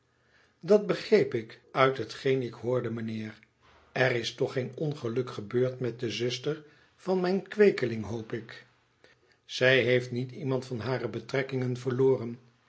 dat begreep ik uit hetgeen ik hoorde mijnheer r is toch geen onge luk gebeurd met de zuster van mijn kweekeling hoop ik zij heeft niet iemand van hare betrekkingen verloren